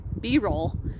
B-roll